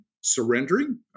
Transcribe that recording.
surrendering